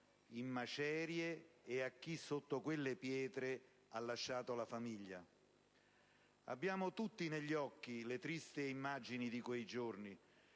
in macerie e a chi, sotto quelle pietre, ha lasciato la famiglia. Abbiamo tutti negli occhi le tristi immagini di quei giorni,